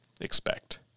expect